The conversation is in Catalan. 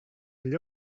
allò